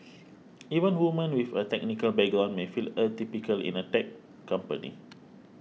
even women with a technical background may feel atypical in a tech company